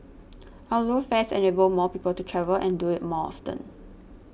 our low fares enable more people to travel and do it more often